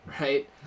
right